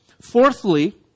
Fourthly